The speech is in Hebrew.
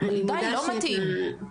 די זה לא מתאים.